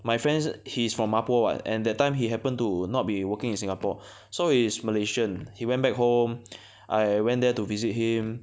my friends he's from Mapo what and that time he happened to not be working in Singapore so he is Malaysian he went back home I went there to visit him